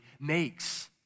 makes